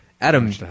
Adam